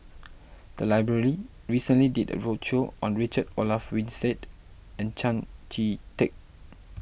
the library recently did a roadshow on Richard Olaf Winstedt and Tan Chee Teck